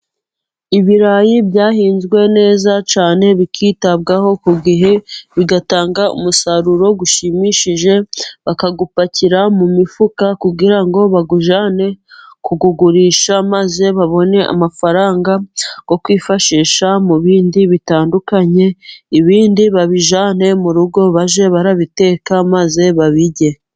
Ibirayi byahinzwe neza cyane bikitabwaho ku gihe bigatanga umusaruro ushimishije, bakawupakira mu mifuka kugira ngo bawujyane kuwugurisha maze babone amafaranga yo kwifashisha mu bindi bitandukanye, ibindi babijyane mu rugo bajye barabiteka maze babirye.